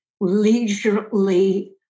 leisurely